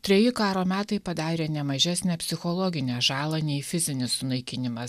treji karo metai padarė ne mažesnę psichologinę žalą nei fizinis sunaikinimas